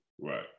Right